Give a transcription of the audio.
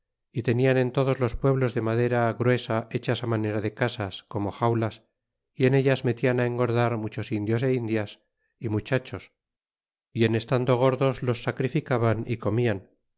y tenian en todos los pueblos de madera gruesa hechas manera de casas como xaulas y en ellas metian á engordar muchos indios é indias y muchachos y en estando gordos los sacrificaban y comian